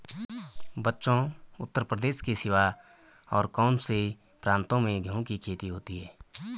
बच्चों उत्तर प्रदेश के सिवा और कौन से प्रांतों में गेहूं की खेती होती है?